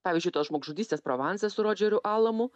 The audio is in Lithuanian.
pavyzdžiui tos žmogžudystės provansas su rodžeriu alamu